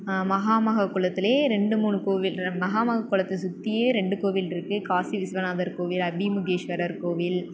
மகா மகக்குளத்துலேயே ரெண்டு மூணு கோவில் மகக்குளத்தை சுற்றியே ரெண்டு கோவில் இருக்குது காசி விஸ்வநாதர் கோவில் அபிமுகேஸ்வரர் கோவில்